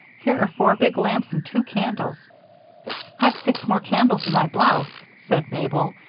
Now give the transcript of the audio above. here are four big lamps and two candles i've six more candles in my blouse, said mabel,